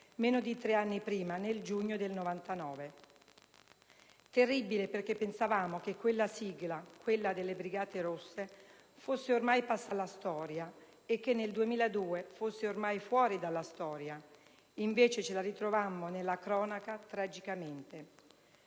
meno di tre anni prima, nel giugno del 1999. Terribile perché pensavamo che quella sigla, quella delle Brigate Rosse, fosse ormai passata alla storia e che nel 2002 fosse ormai fuori dalla storia; invece ce la ritrovammo nella cronaca, tragicamente.